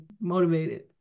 motivated